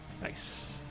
Nice